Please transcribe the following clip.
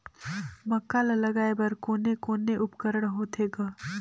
मक्का ला लगाय बर कोने कोने उपकरण होथे ग?